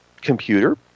computer